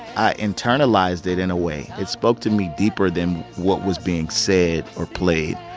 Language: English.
i internalized it in a way. it spoke to me deeper than what was being said or played.